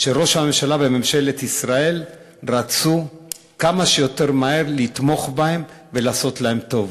שראש הממשלה וממשלת ישראל רצו כמה שיותר מהר לתמוך בהם ולעשות להם טוב.